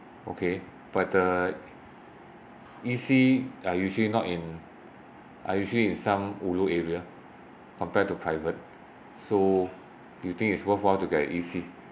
okay but uh E_C are usually not in are usually in some ulu area compared to private so you think it's worthwhile to get E_C